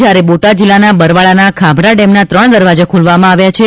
જ્યારે બોટાદ જિલ્લાના વરવાળાના ખાભડા ડેમના ત્રણ દરવાજા ખોલવામાં આવ્યા છે